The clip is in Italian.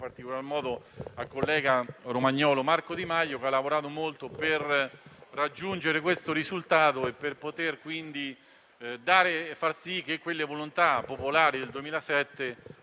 in particolar modo al collega romagnolo, Marco Di Maio, che ha lavorato molto per raggiungere questo risultato e per far sì che le volontà popolari espresse